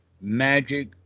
magic